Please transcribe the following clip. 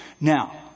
Now